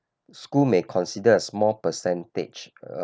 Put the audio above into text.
school may consider a small percentage